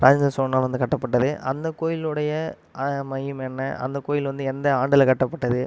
ராஜராஜ சோழனால் வந்து கட்டப்பட்டது அந்தக் கோயிலுடைய மகிமை என்ன அந்தக் கோயில் வந்து எந்த ஆண்டில் கட்டப்பட்டது